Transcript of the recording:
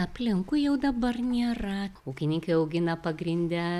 aplinkui jau dabar nėra ūkininkai augina pagrinde